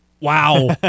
Wow